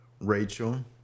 Rachel